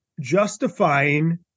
justifying